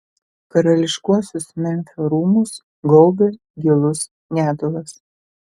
karališkuosius memfio rūmus gaubė gilus gedulas